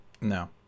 no